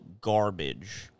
garbage